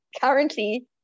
currently